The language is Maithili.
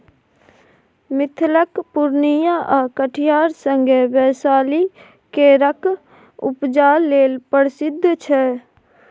मिथिलाक पुर्णियाँ आ कटिहार संगे बैशाली केराक उपजा लेल प्रसिद्ध छै